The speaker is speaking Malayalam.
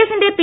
എഫിന്റെ പി